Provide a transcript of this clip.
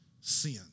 Sin